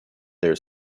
their